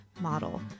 model